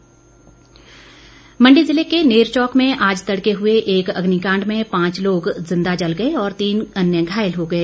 अग्निकांड मंडी जिले के नेरचौक में आज तड़के हुए एक अग्निकांड में पांच लोग जिंदा जल गए और तीन अन्य घायल हो गए